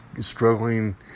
struggling